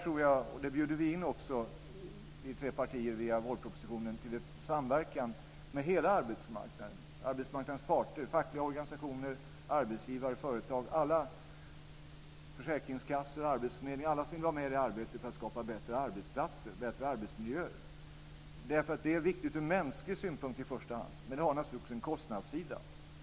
Vi bjuder in, vi tre partier via vårpropositionen, till samverkan med hela arbetsmarknaden: arbetsmarknadens parter, fackliga organisationer, arbetsgivare, företag, försäkringskassor, arbetsförmedlingen - alla som vill vara med i arbetet för att skapa bättre arbetsplatser, bättre arbetsmiljöer. Det är viktigt ur i första hand mänsklig synpunkt. Men det har naturligtvis också en kostnadssida.